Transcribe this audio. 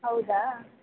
ಹೌದಾ